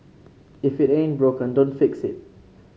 if it ain't broken don't fix it